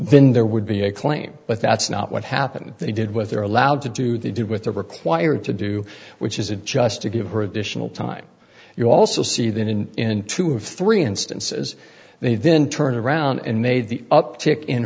then there would be a claim but that's not what happened they did with they're allowed to do they do with the required to do which is it just to give her additional time you also see that in two or three instances they then turn around and made the uptick in